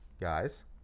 guys